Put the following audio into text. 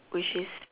which is